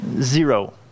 Zero